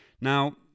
now